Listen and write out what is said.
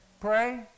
pray